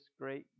great